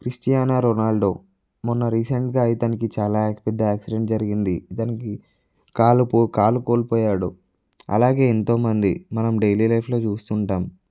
Christiana Ronaldo మొన్న రీసెంట్గా ఇతనికి చాలా పెద్ద యాక్సిడెంట్ జరిగింది ఇతనికి కాలుకో కాలు కోల్పోయాడు అలాగే ఎంతోమంది మనం డైలీ లైఫ్లో చూస్తుంటాం